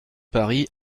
paris